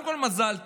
קודם כול, מזל טוב.